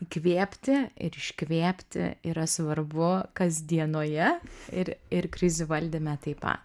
įkvėpti ir iškvėpti yra svarbu kasdienoje ir ir krizių valdyme taip pat